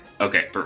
Okay